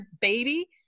baby